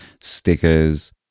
stickers